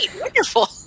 wonderful